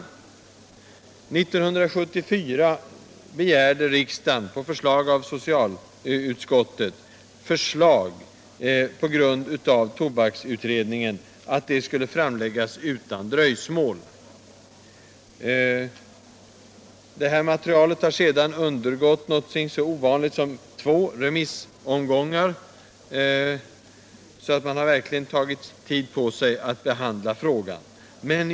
År 1974 begärde riksdagen på förslag av socialutskottet att förslag på grund av tobaksutredningen skulle framläggas utan dröjsmål. Utredningens material har sedan undergått någonting så ovanligt som två remissomgångar, så man har verkligen tagit tid på sig att behandla frågan.